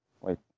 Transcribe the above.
wait